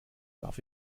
darf